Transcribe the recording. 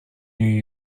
new